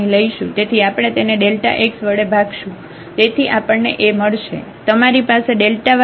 તેથી આપણે તેને x વડે ભાગશું તેથી આપણને A મળશે